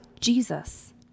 Jesus